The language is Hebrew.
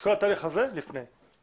כל התהליך הזה לפני כן.